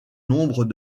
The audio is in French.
nombre